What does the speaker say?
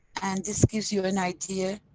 and this gives you an idea